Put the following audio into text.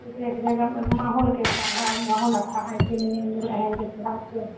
जैसे एक जगह माहौल कैसा है माहौल अच्छा है कि नहीं इन लोग रहेंगे थोड़ा आप